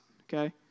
okay